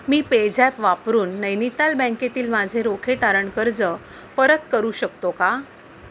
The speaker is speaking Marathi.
मी पेझॅप वापरून नैनिताल बँकेतील माझे रोखे तारण कर्ज परत करू शकतो का